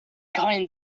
going